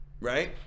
Right